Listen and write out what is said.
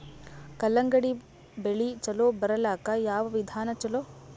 ಕಲ್ಲಂಗಡಿ ಬೆಳಿ ಚಲೋ ಬರಲಾಕ ಯಾವ ವಿಧಾನ ಚಲೋ?